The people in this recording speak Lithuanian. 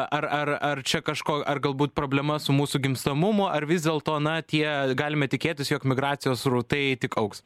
ar ar ar čia kažko ar galbūt problema su mūsų gimstamumu ar vis dėlto na tie galime tikėtis jog migracijos srautai tik augs